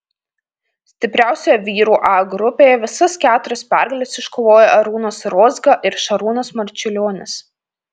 stipriausioje vyrų a grupėje visas keturias pergales iškovojo arūnas rozga ir šarūnas marčiulionis